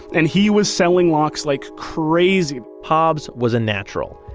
and he was selling locks like crazy hobbs was a natural.